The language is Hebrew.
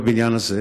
בבניין הזה,